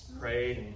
prayed